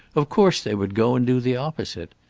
of course they would go and do the opposite.